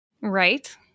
Right